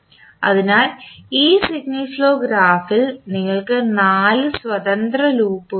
അതിനാൽ ഈ signal flow ഗ്രാഫിൽ നിങ്ങൾക്ക് നാല് സ്വതന്ത്ര ലൂപ്പുകളുണ്ട്